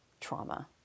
trauma